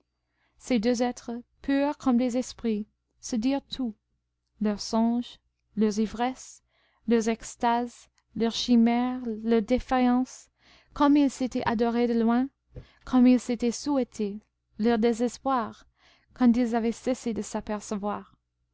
ces deux êtres purs comme des esprits se dirent tout leurs songes leurs ivresses leurs extases leurs chimères leurs défaillances comme ils s'étaient adorés de loin comme ils s'étaient souhaités leur désespoir quand ils avaient cessé de s'apercevoir